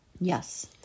Yes